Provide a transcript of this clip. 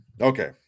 Okay